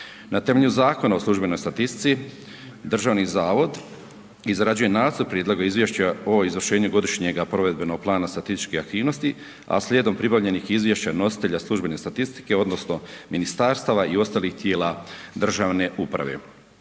Na temelju Zakona o službenoj statistici, Državni zavod izrađuje nacrt prijedloga izvješća o izvršenju godišnjega provedbenog plana statističkih aktivnosti a slijedom pribavljenih izvješća nositelja službene statistike odnosno ministarstava i ostalih tijela državne uprave.